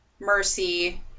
Mercy